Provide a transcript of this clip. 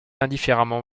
indifféremment